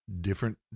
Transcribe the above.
different